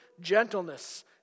gentleness